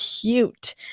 cute